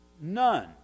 None